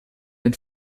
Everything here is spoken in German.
den